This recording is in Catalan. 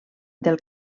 del